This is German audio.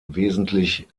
wesentlich